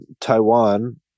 taiwan